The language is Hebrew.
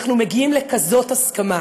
אנחנו מגיעים לכזאת הסכמה.